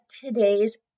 today's